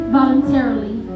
voluntarily